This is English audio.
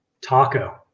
Taco